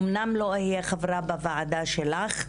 אומנם לא אהיה חברה בוועדה שלך,